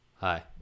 Hi